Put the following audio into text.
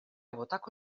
botako